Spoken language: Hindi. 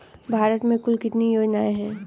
भारत में कुल कितनी योजनाएं हैं?